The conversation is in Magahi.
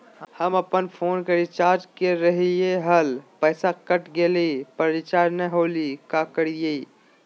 हम अपन फोन के रिचार्ज के रहलिय हल, पैसा कट गेलई, पर रिचार्ज नई होलई, का करियई?